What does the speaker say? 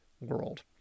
world